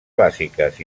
bàsiques